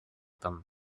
them